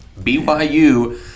BYU